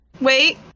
wait